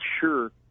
sure